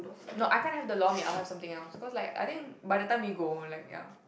no I can't have the lor mee I'll have something else cause like I think by the time we go like ya